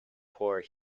poor